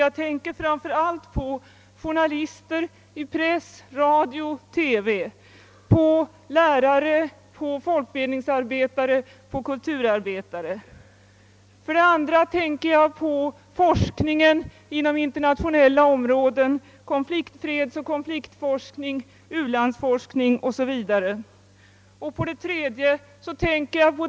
Jag tänker härvid framför allt på journalister i press, radio och TV, på lärare, på folkbildningsarbetare och på kulturarbetare. 2. Forskare på internationella områden som fredsoch konfliktforskning, u-landsforskning o. s. v. 3.